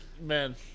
Man